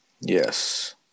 yes